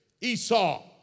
Esau